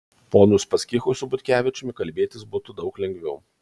ponui uspaskichui su butkevičiumi kalbėtis būtų daug lengviau